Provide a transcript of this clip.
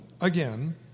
again